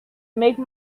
make